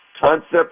concept